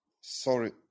sorry